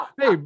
hey